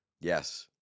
Yes